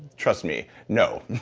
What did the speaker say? trust me. no.